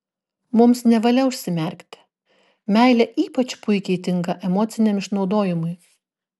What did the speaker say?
mums nevalia užsimerkti meilė ypač puikiai tinka emociniam išnaudojimui